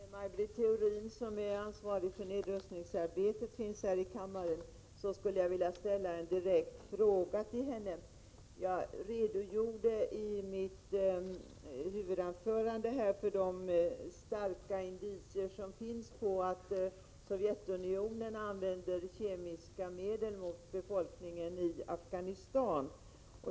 Herr talman! Eftersom Maj Britt Theorin, som är ansvarig för nedrustningsarbetet, finns här i kammaren, skulle jag vilja ställa en direkt fråga till henne. Jag redogjorde i mitt huvudanförande för de starka indicier som finns på att Sovjetunionen använder kemiska medel mot befolkningen i Afghanistan.